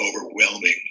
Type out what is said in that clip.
overwhelming